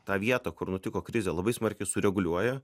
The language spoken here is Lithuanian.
tą vietą kur nutiko krizė labai smarkiai sureguliuoja